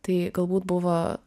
tai galbūt buvo